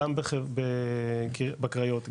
גם בקריות,